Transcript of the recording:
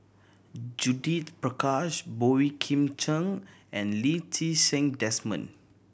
Judith Prakash Boey Kim Cheng and Lee Ti Seng Desmond